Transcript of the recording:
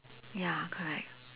ya correct